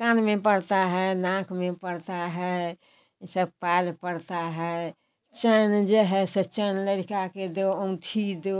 कान में पड़ता है नाक में पड़ता है यह सब पाल पड़ता है चेन जो है सो चेन लड़का को दो औँठी दो